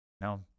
no